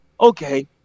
okay